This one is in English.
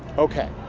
ok